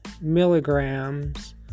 milligrams